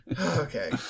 Okay